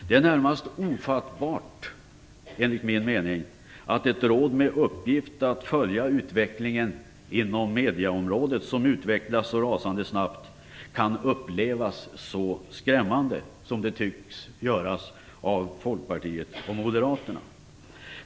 Det är enligt min mening närmast ofattbart att ett råd med uppgift att följa utvecklingen inom medieområdet, som utvecklas så rasande snabbt, kan upplevas som så skrämmande som tycks vara fallet från Folkpartiets och Moderaternas sida.